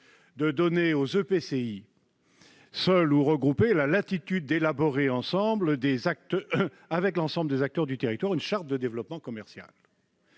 de donner aux EPCI, seuls ou regroupés, la latitude d'élaborer, avec l'ensemble des acteurs du territoire, une charte de développement commercial,